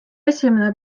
esimene